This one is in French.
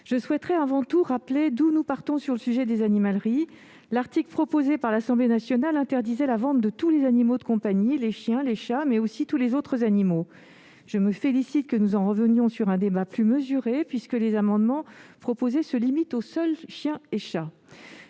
Je souhaite, avant toute chose, rappeler d'où nous partons sur le sujet des animaleries : l'article proposé par l'Assemblée nationale interdisait la vente de tous les animaux de compagnie : les chiens, les chats, mais également toutes les autres espèces. Je me félicite que nous revenions à un débat plus mesuré, puisque les amendements soutenus se limitent aux seuls chiens et chats.